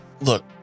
look